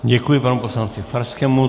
Děkuji panu poslanci Farskému.